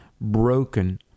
broken